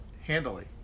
handily